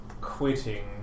quitting